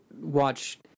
watch